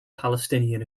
palestinian